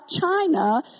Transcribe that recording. China